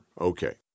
Okay